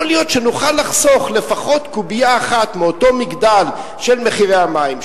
יכול להיות שנוכל לחסוך לפחות קובייה אחת מאותו מגדל של מחירי המים,